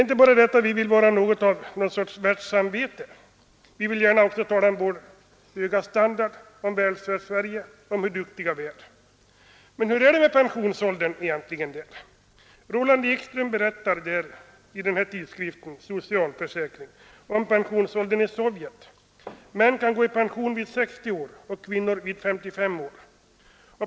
Inte bara detta att vi vill vara något slags världssamvete, vi vill gärna tala om vår höga standard, vårt Välfärdssverige, om hur duktiga vi är. Men hur är det med pensionsåldern? Roland Ekström berättar i tidskriften Socialförsäkring om pensionsåldern i Sovjetunionen. Män kan gå i pension vid 60 år och kvinnor vid 55 år.